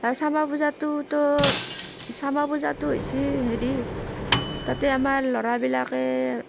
আৰু শ্যামা পূজাটোতো শ্যামা পূজাটো হৈছে হেৰি তাতে আমাৰ ল'ৰাবিলাকে